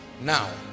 now